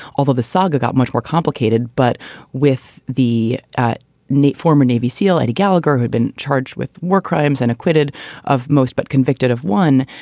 although the saga got much more complicated. but with the neat former navy seal eddie gallagher, who'd been charged with war crimes and acquitted of most but convicted of one.